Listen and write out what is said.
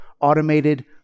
automated